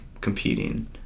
competing